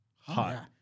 Hot